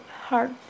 hard